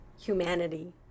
humanity